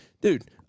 dude